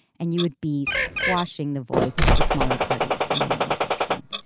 and you would be squashing the voice of the smaller parties and the little person.